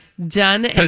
Done